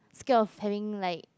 scared of having like